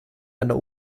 einer